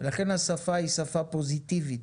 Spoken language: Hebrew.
לכן השפה היא שפה פוזיטיבית,